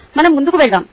మనం ముందుకు వెళ్దాం